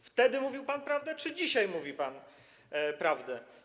Wtedy mówił pan prawdę czy dzisiaj mówi pan prawdę?